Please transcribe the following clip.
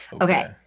Okay